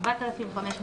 4,500 שקל,